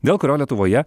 dėl kurio lietuvoje